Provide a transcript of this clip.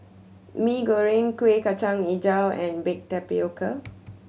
Mee Goreng Kuih Kacang Hijau and baked tapioca